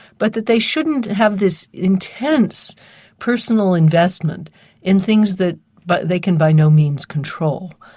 but that they shouldn't have this intense personal investment in things that but they can by no means control.